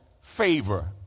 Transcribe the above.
favor